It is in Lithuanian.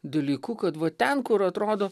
dalyku kad va ten kur atrodo